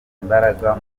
imbaraga